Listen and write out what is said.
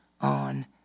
on